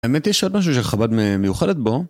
האמת היא שעוד משהו שחב"ד מיוחדת בו.